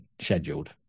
scheduled